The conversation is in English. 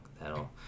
that'll